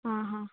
आं हां